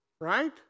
right